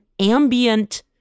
ambient